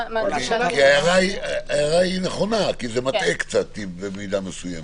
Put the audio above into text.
ההערה נכונה, כי זה מטעה במידה מסוימת.